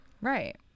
Right